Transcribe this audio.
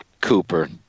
Cooper